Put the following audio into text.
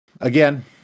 again